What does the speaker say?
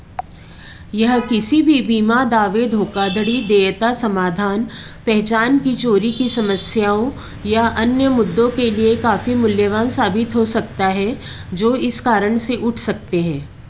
यह किसी भी बीमा दावे धोखाधड़ी देयता समाधान पहचान की चोरी की समस्याओं या अन्य मुद्दों के लिए काफ़ी मूल्यवान साबित हो सकता है जो इस कारण से उठ सकते हैं